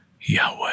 Yahweh